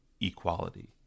equality